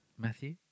Matthew